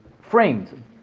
framed